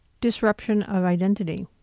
disruption of identity.